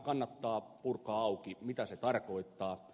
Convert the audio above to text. kannattaa purkaa auki mitä tämä tarkoittaa